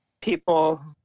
people